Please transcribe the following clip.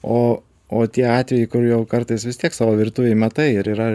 o o tie atvejai kur jau kartais vis tiek savo virtuvėj matai ir yra